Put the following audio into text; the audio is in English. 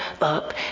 up